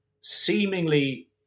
seemingly